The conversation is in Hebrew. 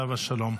עליו השלום.